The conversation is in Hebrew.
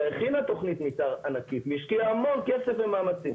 שהכינה תכנית מתאר ענקית והשקיעה המון כסף ומאמצים.